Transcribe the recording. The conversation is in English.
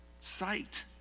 sight